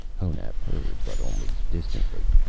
honath heard, but only distantly.